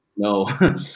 No